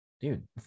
Dude